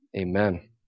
amen